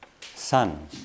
Son